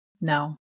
No